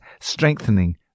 strengthening